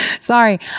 Sorry